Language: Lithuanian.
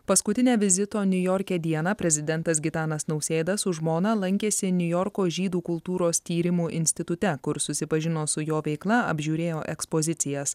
paskutinę vizito niujorke dieną prezidentas gitanas nausėda su žmona lankėsi niujorko žydų kultūros tyrimų institute kur susipažino su jo veikla apžiūrėjo ekspozicijas